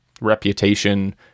reputation